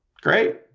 Great